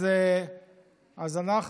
אז אנחנו